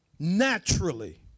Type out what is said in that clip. Naturally